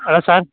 hello sir